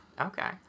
okay